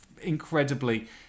incredibly